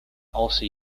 also